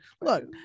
Look